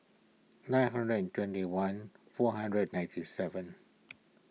nine hundred and twenty one four hundred ninety seven